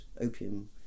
opium